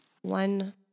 one